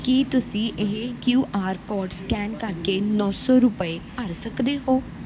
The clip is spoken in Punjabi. ਕੀ ਤੁਸੀਂ ਇਹ ਕਿਯੂ ਆਰ ਕੋਡ ਸਕੈਨ ਕਰਕੇ ਨੌ ਸੌ ਰੁਪਏ ਭਰ ਸਕਦੇ ਹੋ